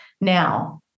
now